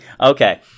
Okay